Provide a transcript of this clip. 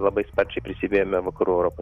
labai sparčiai prisivijome vakarų europos